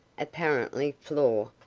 apparently floor,